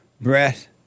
breath